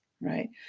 right